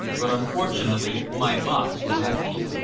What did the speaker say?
but unfortunately my box was empty.